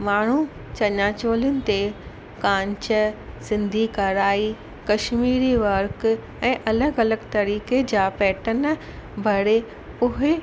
माण्हू चनिया चोलीनि ते कांच सिंधी कढ़ाई कश्मीरी वर्क ऐं अलॻि अलॻि तरीक़े जा पैटन भरे उहे